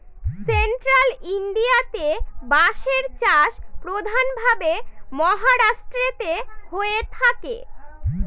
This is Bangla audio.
সেন্ট্রাল ইন্ডিয়াতে বাঁশের চাষ প্রধান ভাবে মহারাষ্ট্রেতে হয়ে থাকে